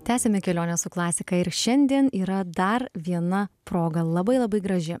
tęsiame kelionę su klasika ir šiandien yra dar viena proga labai labai graži